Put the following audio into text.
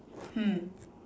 hmm